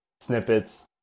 snippets